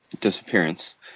disappearance